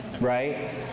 right